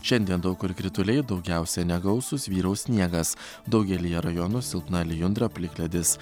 šiandien daug kur krituliai daugiausia negausūs vyraus sniegas daugelyje rajonų silpna lijundra plikledis